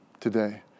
today